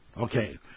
Okay